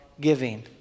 giving